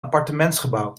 appartementsgebouw